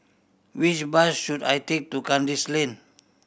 which bus should I take to Kandis Lane